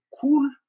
cool